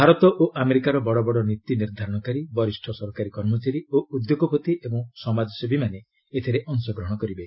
ଭାରତ ଓ ଆମେରିକାର ବଡ଼ବଡ଼ ନୀତି ନିର୍ଦ୍ଧାରଣକାରୀ ବରିଷ୍ଣ ସରକାରୀ କର୍ମଚାରୀ ଓ ଉଦ୍ୟୋଗପତି ଏବଂ ସମାଜସେବୀମାନେ ଏଥିରେ ଅଂଶ ଗ୍ରହଣ କରିବେ